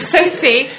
Sophie